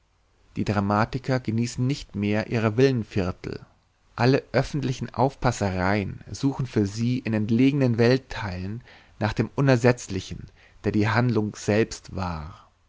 die dramatiker genießen nicht mehr ihre villenviertel alle öffentlichen aufpassereien suchen für sie in entlegenen weltteilen nach dem unersetzlichen der die handlung selbst war